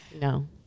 No